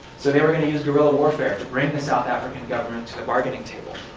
so they were going to use guerrilla warfare to bring the south african government to the bargaining table.